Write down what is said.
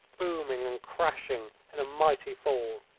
booming and crashing in a mighty fall.